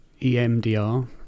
EMDR